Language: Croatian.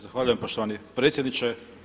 Zahvaljujem poštovani predsjedniče.